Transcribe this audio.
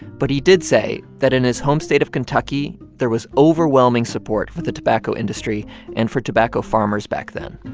but he did say that in his home state of kentucky, there was overwhelming support for the tobacco industry and for tobacco farmers back then.